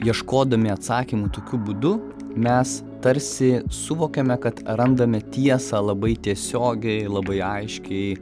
ieškodami atsakymų tokiu būdu mes tarsi suvokiame kad randame tiesą labai tiesiogiai labai aiškiai